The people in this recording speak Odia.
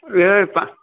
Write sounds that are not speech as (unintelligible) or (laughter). (unintelligible)